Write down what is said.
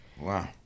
wow